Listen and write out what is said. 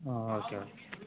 ಹ್ಞೂ okay okay